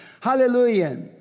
Hallelujah